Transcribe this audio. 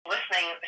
Listening